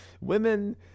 Women